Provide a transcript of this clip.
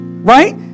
Right